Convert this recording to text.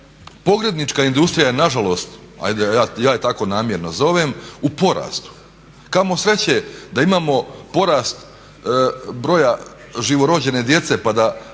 ja je tako namjerno zovem, u porastu. Kamo sreće da imamo porast broja živorođene djece pa da